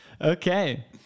Okay